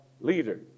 leader